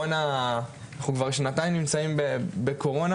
אנחנו כבר שנתיים נמצאים בקורונה,